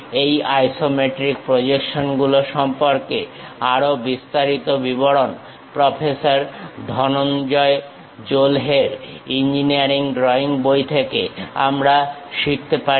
এই আইসোমেট্রিক প্রজেকশনগুলো সম্পর্কে আরো বিস্তারিত বিবরণ প্রফেসর ধনঞ্জয় জোলহের ইঞ্জিনিয়ারিং ড্রইং বই থেকে আমরা শিখতে পারি